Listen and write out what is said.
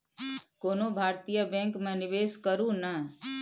कोनो भारतीय बैंक मे निवेश करू ने